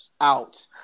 out